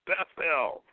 Bethel